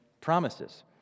promises